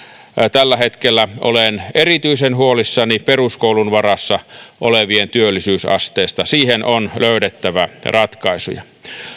tällä hetkellä olen erityisen huolissani peruskoulun varassa olevien työllisyysasteesta siihen on löydettävä ratkaisuja